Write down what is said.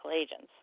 agents